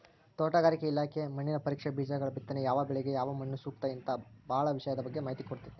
ತೋಟಗಾರಿಕೆ ಇಲಾಖೆ ಮಣ್ಣಿನ ಪರೇಕ್ಷೆ, ಬೇಜಗಳಬಿತ್ತನೆ ಯಾವಬೆಳಿಗ ಯಾವಮಣ್ಣುಸೂಕ್ತ ಹಿಂತಾ ಬಾಳ ವಿಷಯದ ಬಗ್ಗೆ ಮಾಹಿತಿ ಕೊಡ್ತೇತಿ